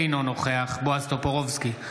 אינו נוכח בועז טופורובסקי,